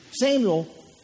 Samuel